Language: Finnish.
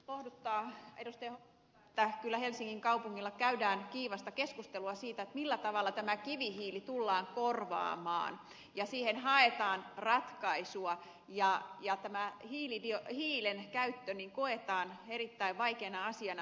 hoskosta että kyllä helsingin kaupungissa käydään kiivasta keskustelua siitä millä tavalla tämä kivihiili tullaan korvaamaan siihen haetaan ratkaisua ja tämä hiilen käyttö koetaan erittäin vaikeana asiana